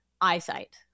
eyesight